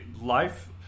life